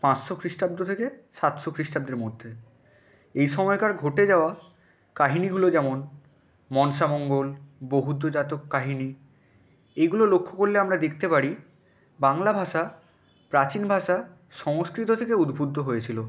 পাঁচশো খ্রিস্টাব্দ থেকে সাতশো খ্রিস্টাব্দের মধ্যে এই সময়কার ঘটে যাওয়া কাহিনিগুলো যেমন মনসামঙ্গল বৌদ্ধজাতক কাহিনি এগুলো লক্ষ্য করলে আমরা দেখতে পারি বাংলা ভাষা প্রাচীন ভাষা সংস্কৃত থেকে উদ্বুদ্ধ হয়েছিলো